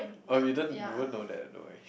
uh you don't we won't know that I know